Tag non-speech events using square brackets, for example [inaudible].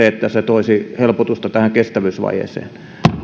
[unintelligible] että se toisi helpotusta kestävyysvajeeseen